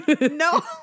no